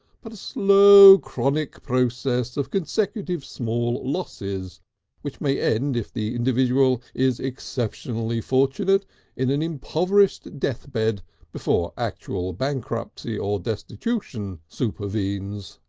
but a slow, chronic process of consecutive small losses which may end if the individual is exceptionally fortunate in an impoverished death bed before actual bankruptcy or destitution supervenes.